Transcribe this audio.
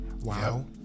wow